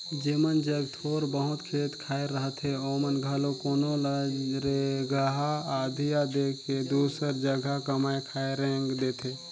जेमन जग थोर बहुत खेत खाएर रहथे ओमन घलो कोनो ल रेगहा अधिया दे के दूसर जगहा कमाए खाए रेंग देथे